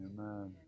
Amen